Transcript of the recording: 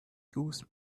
goose